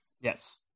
Yes